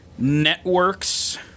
Networks